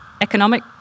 economic